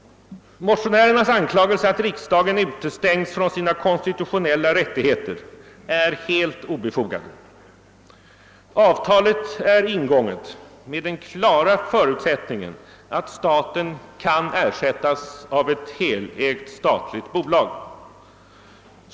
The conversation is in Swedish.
Motionärernas anklagelse att riksdagen utestängts från sina konstitutionella rättigheter är helt obefogad. Avtalet är ingånget med den klara förutsättningen att staten kan ersättas av ett helägt statligt bolag.